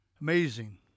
Amazing